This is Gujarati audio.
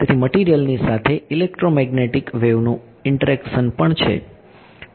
તેથી મટીરીયલની સાથે ઇલેક્ટ્રોમેગ્નેટિક વેવનું ઇન્ટરેકશન પણ છે